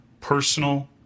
personal